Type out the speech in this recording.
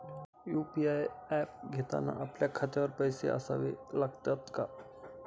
UPI app घेताना आपल्या खात्यात पैसे असावे लागतात का?